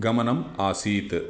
गमनम् आसीत्